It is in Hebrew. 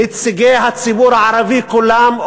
נציגי הציבור הערבי כולם,